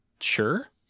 Sure